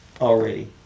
already